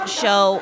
show